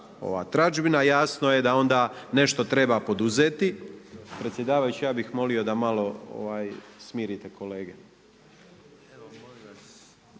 ta tražbina jasno je da onda treba nešto poduzeti. Predsjedavajući ja bih vas molio da malo smirite kolege.